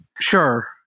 Sure